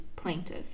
plaintiff